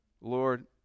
Lord